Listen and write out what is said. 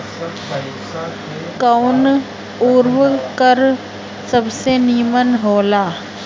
कवन उर्वरक सबसे नीमन होला?